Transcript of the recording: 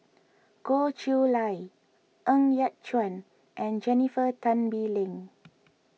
Goh Chiew Lye Ng Yat Chuan and Jennifer Tan Bee Leng